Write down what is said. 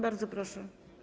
Bardzo proszę.